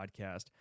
podcast